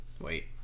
wait